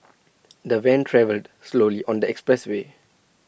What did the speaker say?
the van travelled slowly on the expressway